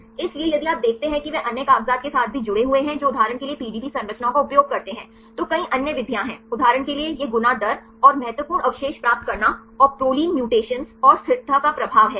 इसलिए यदि आप देखते हैं कि वे अन्य कागजात के साथ भी जुड़े हुए हैं जो उदाहरण के लिए पीडीबी संरचनाओं का उपयोग करते हैं तो कई अन्य विधियां हैं उदाहरण के लिए यह गुना दर और महत्वपूर्ण अवशेष प्राप्त करना और प्रोलाइन म्यूटेशन और स्थिरता का प्रभाव है सही